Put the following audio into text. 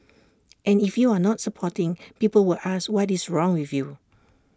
and if you are not supporting people will ask what is wrong with you